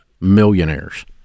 millionaires